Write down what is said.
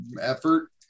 effort